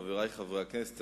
חברי חברי הכנסת,